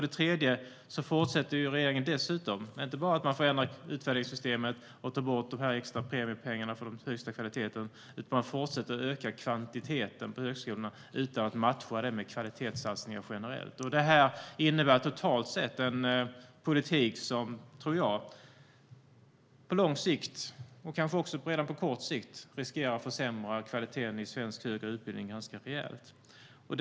Det är inte bara det att regeringen förändrar utvärderingssystemet och tar bort de extra premiepengarna för den högsta kvaliteten, utan man fortsätter dessutom att öka kvantiteten på högskolorna utan att matcha det med kvalitetssatsningar generellt. Totalt sett innebär detta en politik som jag tror riskerar att rejält försämra kvaliteten i svensk högre utbildning på lång sikt, kanske redan på kort sikt.